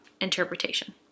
interpretation